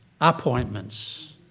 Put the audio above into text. appointments